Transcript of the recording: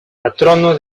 patrono